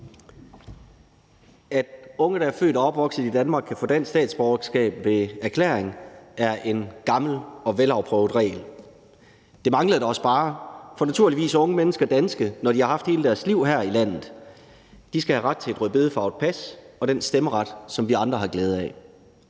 At unge, der er født og opvokset i Danmark, kan få dansk statsborgerskab ved erklæring, er en gammel og velafprøvet regel. Det manglede da også bare, for naturligvis er unge mennesker danske, når de har haft hele deres liv her i landet. De skal have ret til et rødbedefarvet pas og den stemmeret, som vi andre har glæde af.